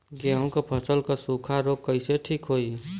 गेहूँक फसल क सूखा ऱोग कईसे ठीक होई?